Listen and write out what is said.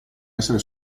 essere